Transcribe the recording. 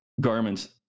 garments